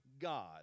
God